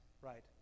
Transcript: Right